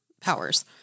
powers